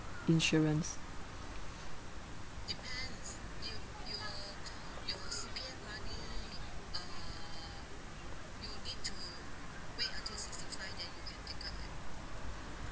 insurance